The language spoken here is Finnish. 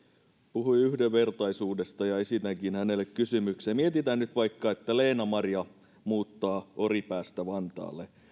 puhui yhdenvertaisuudesta ja esitänkin hänelle kysymyksen mietitään nyt vaikka että leena maria muuttaa oripäästä vantaalle